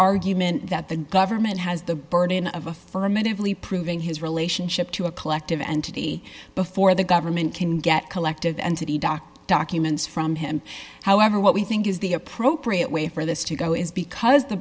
argument that the government has the burden of affirmatively proving his relationship to a collective entity before the government can get collective entity doc documents from him however what we think is the appropriate way for this to go is because the